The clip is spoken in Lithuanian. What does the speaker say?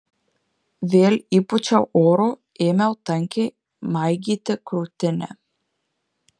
vėl įpūčiau oro ėmiau tankiai maigyti krūtinę